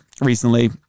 recently